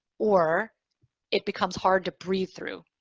or it becomes hard to breathe through.